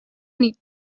nit